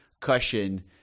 cushion